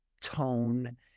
tone